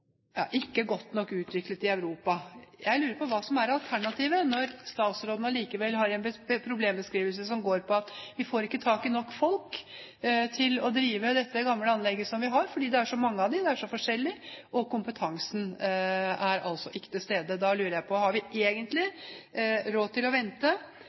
ikke godt nok utviklet. Jeg lurer på hva som er alternativet når statsråden allikevel har en problembeskrivelse som går på at vi ikke får tak i nok folk til å drive disse gamle anleggene som vi har, fordi det er så mange av dem, de er så forskjellige, og kompetansen er altså ikke til stede. Da lurer jeg på: Har vi egentlig råd til å vente?